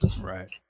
Right